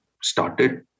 started